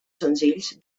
senzills